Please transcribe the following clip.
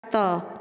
ତ